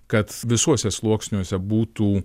kad visuose sluoksniuose būtų